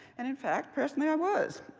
and in fact, personally, i was.